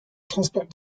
transporte